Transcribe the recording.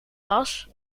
was